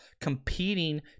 competing